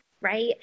right